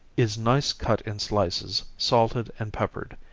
is nice cut in slices, salted and peppered,